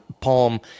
palm